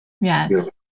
yes